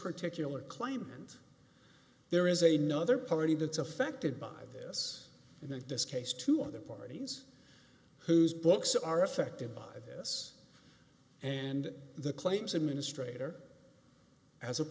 particular claim and there is a no other party that's affected by this in this case two other parties whose books are affected by this and the claims administrator as a